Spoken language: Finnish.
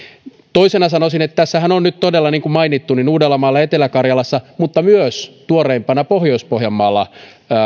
toisena sanoisin että tässähän on nyt todella niin kuin mainittu niin uudellamaalla ja etelä karjalassa kuin tuoreimpana myös pohjois pohjanmaalla